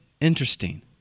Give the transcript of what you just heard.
Interesting